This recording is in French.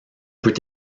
peut